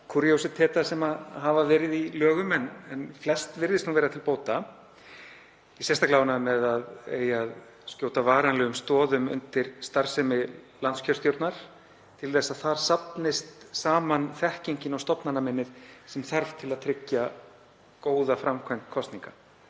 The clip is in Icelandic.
„kúríósíteta“ sem hafa verið í lögum. En flest virðist nú vera til bóta. Ég er sérstaklega ánægður með að skjóta eigi varanlegum stoðum undir starfsemi landskjörstjórnar til að þar safnist saman þekkingin og stofnanaminnið sem þarf til að tryggja góða framkvæmd kosninga.